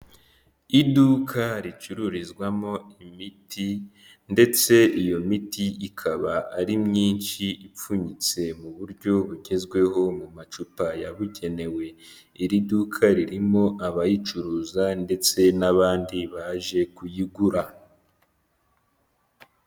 Iduka ricururizwamo imiti ndetse iyo miti ikaba ari myinshi ipfunyitse mu buryo bugezweho mu macupa yabugenewe, iri duka ririmo abayicuruza ndetse n'abandi baje kuyigura.